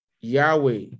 Yahweh